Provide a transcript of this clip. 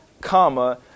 comma